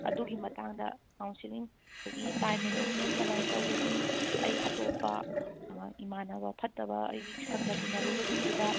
ꯑꯗꯨꯒꯤ ꯃꯇꯥꯡꯗ ꯀꯥꯎꯟꯁꯦꯜꯂꯤꯡ ꯑꯗꯒꯤ ꯇꯥꯏꯝ ꯃꯦꯅꯦꯖꯃꯦꯟ ꯀꯃꯥꯏꯅ ꯇꯧꯒꯅꯤ ꯑꯩ ꯑꯇꯣꯞꯄ ꯏꯃꯥꯟꯅꯕ ꯐꯠꯇꯕ ꯑꯩꯒꯤ ꯁꯪꯒ ꯇꯤꯟꯅꯔꯨꯕꯁꯤꯡꯗꯨꯗ